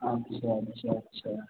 अच्छा अच्छा अच्छा